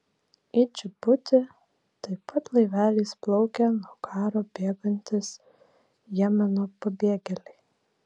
į džibutį taip pat laiveliais plaukia nuo karo bėgantys jemeno pabėgėliai